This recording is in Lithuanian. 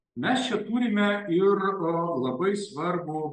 mes čia turime ir labai svarbų